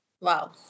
Wow